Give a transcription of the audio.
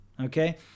Okay